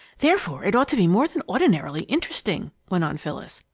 therefore it ought to be more than ordinarily interesting, went on phyllis.